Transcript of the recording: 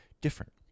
different